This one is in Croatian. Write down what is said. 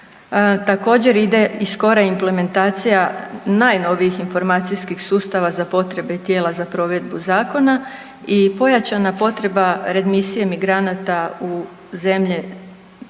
Također ide i skora implementacija najnovijih informacijskih sustava za potrebe tijela za provedbu zakona i pojačana potreba remisije migranata u zemlje